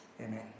Amen